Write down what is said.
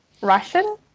Russian